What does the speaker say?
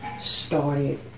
started